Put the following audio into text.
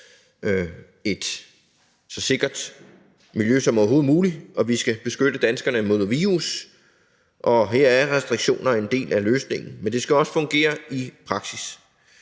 et så sikkert miljø som overhovedet muligt, og vi skal beskytte danskerne mod virus. Her er restriktioner en del af løsningen, men det skal også fungere i praksis,